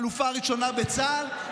האלופה הראשונה בצה"ל,